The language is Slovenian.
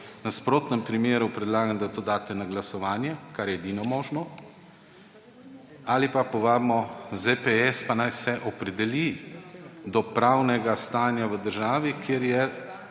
nasprotnem primeru predlagam, da to daste na glasovanje, kar je edino možnt ali pa povabimo ZPS, naj se opredeli do pravnega stanja v državi, kjer je